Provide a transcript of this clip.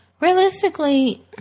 realistically